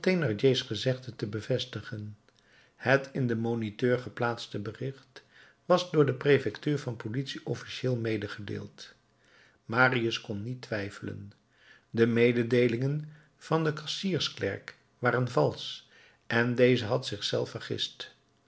thénardiers gezegde te bevestigen het in den moniteur geplaatste bericht was door de prefectuur van politie officiëel medegedeeld marius kon niet twijfelen de mededeelingen van den kassiers klerk waren valsch en deze had zich zelf vergist